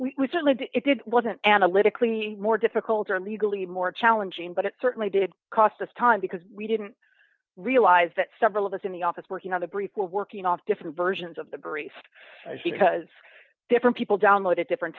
that we really did it wasn't analytically more difficult or legally more challenging but it certainly did cost us time because we didn't realize that several of us in the office working on the brief were working on different versions of the brace because different people download at different